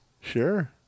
Sure